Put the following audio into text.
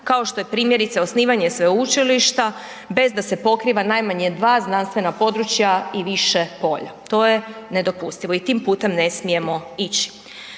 kao što je primjerice osnivanje sveučilišta bez da se pokriva najmanje 2 znanstvena područja i više polja. To je nedopustivo i tim putem ne smijemo ići.